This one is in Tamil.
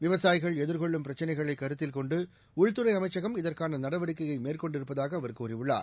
விவசாயிகள் எதிர்கொள்ளும் பிரச்சினைகளை கருத்தில் கொண்டு உள்துறை அமைச்சகம் இதற்கான நடவடிக்கையை மேற்கொண்டு இருப்பதாக அவர் கூறியுள்ளார்